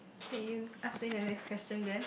can you ask me the next question then